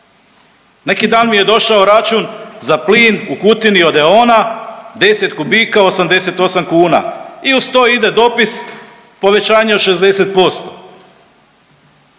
Neki dan mi je došao račun za plin u Kutini od EON-a 10 kubika 88 kuna i uz to ide dopis povećanje od 60%.